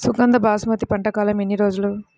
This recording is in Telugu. సుగంధ బాసుమతి పంట కాలం ఎన్ని రోజులు?